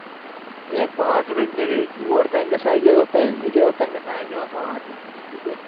ہے پانٛژھ ہَتھ ٲسۍ بَنے أکی یور تانۍ گژھان یہِ کیٛاہ اوس تانۍ أکیاہ تَمہِ گژھان اَسہِ دِوان پانٛژھ ہَتھ بہٕ